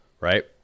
right